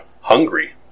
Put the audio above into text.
Hungary